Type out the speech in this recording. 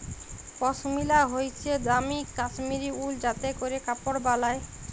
পশমিলা হইসে দামি কাশ্মীরি উল যাতে ক্যরে কাপড় বালায়